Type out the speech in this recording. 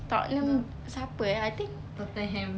tottenham siapa eh I think